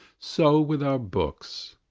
so with our books.